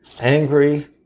angry